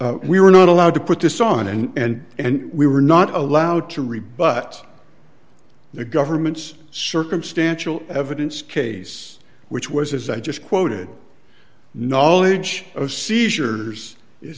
we were not allowed to put this on and and we were not allowed to rebut the government's circumstantial evidence case which was as i just quoted knowledge of seizures is